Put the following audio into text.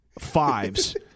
fives